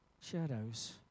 Shadows